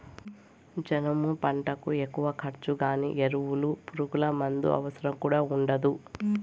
జనుము పంటకు ఎక్కువ ఖర్చు గానీ ఎరువులు పురుగుమందుల అవసరం కూడా ఉండదు